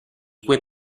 quei